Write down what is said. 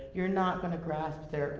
you're not gonna grasp their